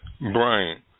Brian